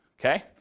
okay